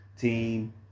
team